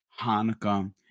Hanukkah